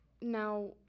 now